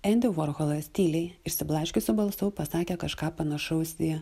endi vorholas tyliai išsiblaškiusiu balsu pasakė kažką panašaus į